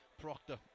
Proctor